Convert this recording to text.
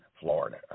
Florida